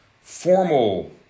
formal